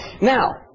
Now